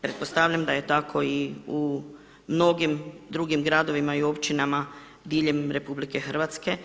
Pretpostavljam da je tako i u mnogim drugim gradovima i u općinama diljem RH.